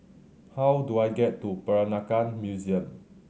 how do I get to Peranakan Museum